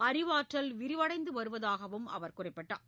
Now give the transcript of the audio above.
அறிவாற்றல் விரிவடைந்து வருவதாகவும் அவர் குறிப்பிட்டார்